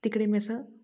तिकडे मग अस